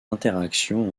interactions